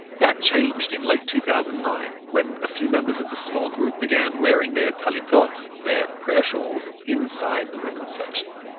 that changed in late two thousand and nine, when a few members of the small group began wearing their talitot their prayer shawls inside the women's section.